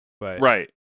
Right